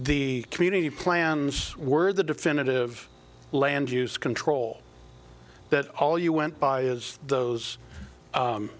the community plans were the definitive land use control that all you went by is those